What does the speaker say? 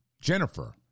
Jennifer